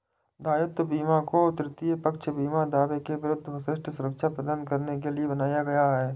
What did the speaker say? दायित्व बीमा को तृतीय पक्ष बीमा दावों के विरुद्ध विशिष्ट सुरक्षा प्रदान करने के लिए बनाया गया है